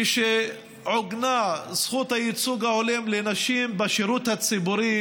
כאשר עוגנה זכות הייצוג ההולם לנשים בשירות הציבורי,